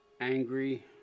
angry